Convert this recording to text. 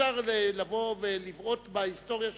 אי-אפשר לבוא ולבעוט בהיסטוריה שלנו.